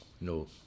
no